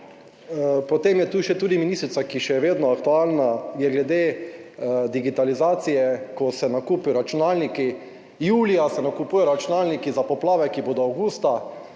potem je tu še tudi ministrica, ki je še vedno aktualna, je glede digitalizacije, ko se nakupi računalniki, julija se nakupujejo računalniki za poplave, ki bodo avgusta,